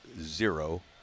zero